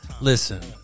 listen